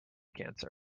cancer